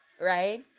right